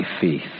faith